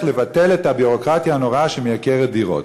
לבטל את הביורוקרטיה הנוראה שמייקרת דירות,